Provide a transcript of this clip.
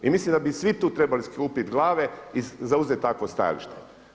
I mislim da bi svi tu trebali skupiti glave i zauzeti takvo stajalište.